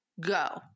go